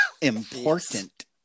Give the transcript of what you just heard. important